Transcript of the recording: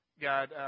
God